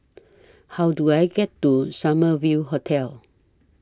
How Do I get to Summer View Hotel